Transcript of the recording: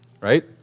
right